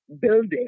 building